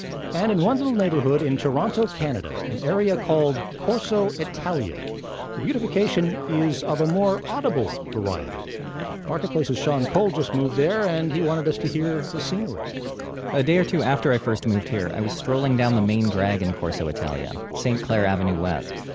and in one little neighborhood in toronto, canada an area called corso italia the beautification is of a more audible variety marketplace's sean cole just moved there, and he wanted us to hear the scenery a day or two after i first moved here, i was strolling down the main drag in corso italia, st. clair avenue west.